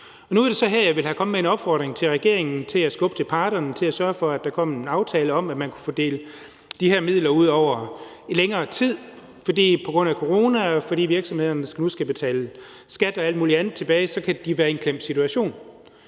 jeg ville være kommet med en opfordring til regeringen om at skubbe til parterne i forhold til at sørge for, at der kommer en aftale om, at man kunne fordele de her midler ud over længere tid. For på grund af corona og fordi virksomhederne nu skal betale skat og alt muligt andet tilbage, kan de være i en klemt situation.